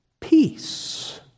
peace